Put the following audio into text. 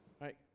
Right